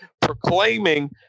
proclaiming